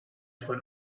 von